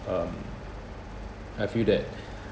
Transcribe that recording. uh I feel that